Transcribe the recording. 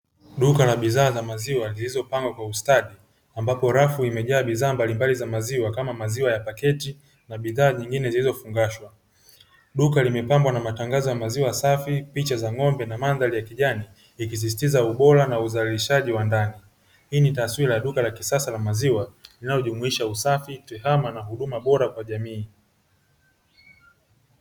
Duka la bidhaa za maziwa zilizopangwa kwa ustadi ambapo rafu imejaa bidhaa mbalimbali za maziwa kama maziwa ya paketi na bidhaa nyingine zilizofungashwa. Duka limepambwa na matangazo ya maziwa safi, picha za ng'ombe na mandhari ya kijani ikisisitiza ubora na uzalishaji wa ndani, hii ni taswira ya duka la kisasa la maziwa linalojumuisha usafi, tehama na huduma bora kwa jamii.